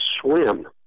swim